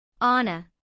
Anna